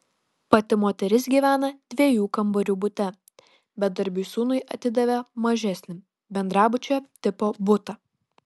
pati moteris gyvena dviejų kambarių bute bedarbiui sūnui atidavė mažesnį bendrabučio tipo butą